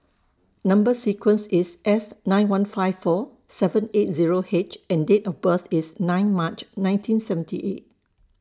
Number sequence IS S nine one five four seven eight Zero H and Date of birth IS nine March nineteen seventy eight